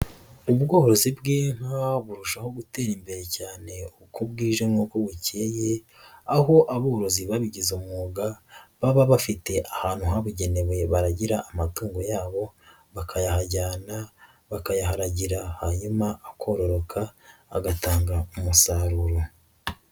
Ubworozi bw'inka burushaho gutera imbere cyane uko bwije n'uko bukeye, aho aborozi babigize umwuga, baba bafite ahantu habugenewe baragira amatungo yabo, bakayahajyana, bakayaharagira, hanyuma akororoka, agatanga umusaruro.